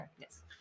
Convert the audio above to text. Yes